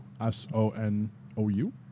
S-O-N-O-U